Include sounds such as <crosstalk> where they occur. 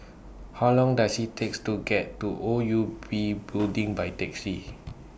How Long Does IT takes to get to O U B <noise> Building By Taxi